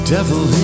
Devil